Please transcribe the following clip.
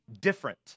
different